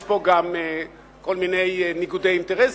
יש פה גם כל מיני ניגודי אינטרסים.